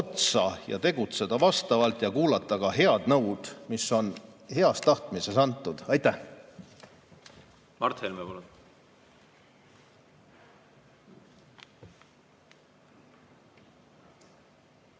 ja tegutseda vastavalt ja kuulata ka head nõu, mis on heas tahtmises antud. Aitäh! Nii et